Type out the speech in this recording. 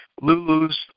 Lulu's